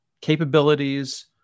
capabilities